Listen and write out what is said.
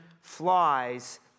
flies